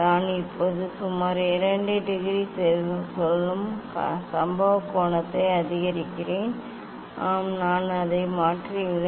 நான் இப்போது சுமார் 2 டிகிரி சொல்லும் சம்பவ கோணத்தை அதிகரிக்கிறேன் ஆம் நான் அதை மாற்றியுள்ளேன்